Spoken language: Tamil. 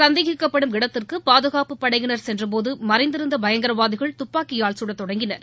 சந்தேகிக்கப்படும் இடத்திற்கு பாதுகாப்பு படையினர் சென்றபோது மறைந்திருந்த பயங்கரவாதிகள் துப்பாக்கியால் சுடத் தொடங்கினர்